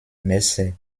messe